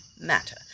matter